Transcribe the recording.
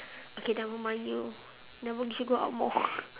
okay never mind you never you should go out more